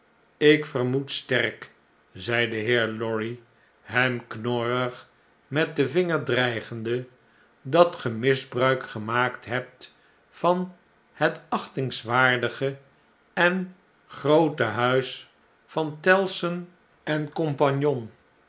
ik vermoed sterk zei de heer lorry hem knorrig met den vinger dreigende datgemisbruik gemaakt hebt van het achtingswaardige en groote huis van tellson en